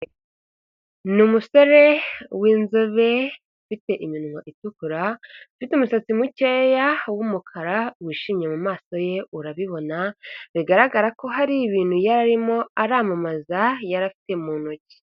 Ni umusore w'inzobe ufite iminwa itukura ufite umusatsi mukeya w'umukara, wishimye mu maso ye urabibona, bigaragara ko hari ibintu yari arimo aramamaza yari afite mu ntoki.